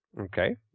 Okay